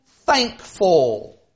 thankful